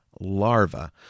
larva